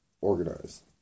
organized